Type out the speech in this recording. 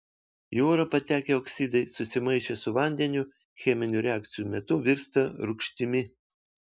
į orą patekę oksidai susimaišę su vandeniu cheminių reakcijų metu virsta rūgštimi